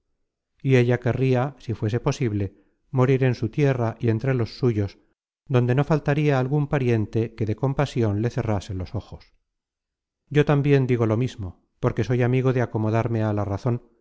y ella querria si fuese posible morir en su tierra y entre los suyos donde no faltaria algun pariente que de compa sion le cerrase los ojos yo tambien digo lo mismo porque soy amigo de acomodarme á la razon